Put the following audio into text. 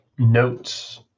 notes